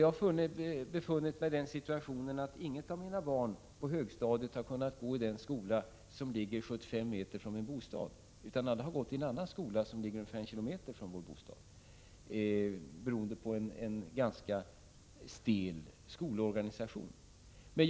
Jag har befunnit mig i den situationen att inget av mina barn på högstadiet kunnat gå i den skola som ligger 75 m från vår bostad, utan alla har gått i en annan skola, som ligger ungefär en kilometer från bostaden, detta beroende på en ganska stel skolorganisation.